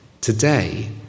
Today